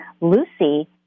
Lucy